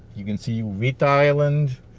you can see uvita island,